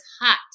hot